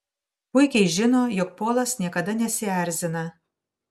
puikiai žino jog polas niekada nesierzina